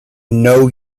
know